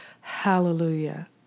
Hallelujah